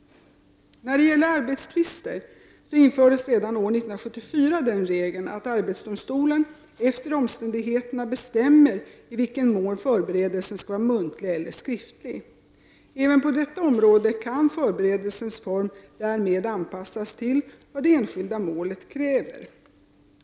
När det gäller arbetstvister infördes redan år 1974 den regeln att arbetsdomstolen efter omständigheterna bestämmer i vilken mån förberedelsen skall vara muntlig eller skriftlig. Även på detta område kan förberedelsens form därmed anpassas till vad det enskilda målet kräver.